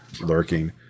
lurking